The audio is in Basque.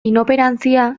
inoperanzia